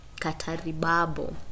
Kataribabo